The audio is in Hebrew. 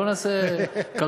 בוא נעשה קריוקי.